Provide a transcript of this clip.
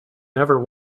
never